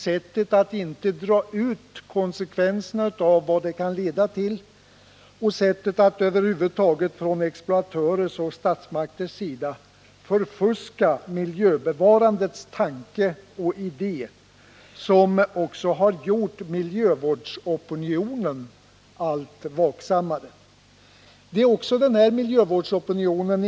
sättet att inte dra ut konsekvenserna av dem och sättet att från exploatörers och myndigheters sida förfuska miljöbevarandets tanke och idé som har gjort också miljövårdsopinionen allt vaksammare. Det är också den här miljövårdsopinionen.